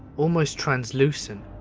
almost translucent.